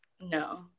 no